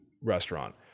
restaurant